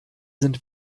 sind